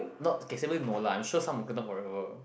not okay no lah I'm sure some will kena forever